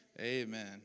Amen